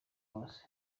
bose